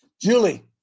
Julie